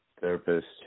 therapist